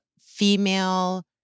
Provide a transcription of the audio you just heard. female